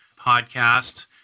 podcast